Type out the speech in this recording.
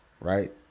right